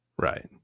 right